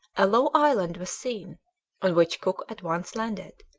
a low island was seen on which cook at once landed,